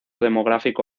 demográfico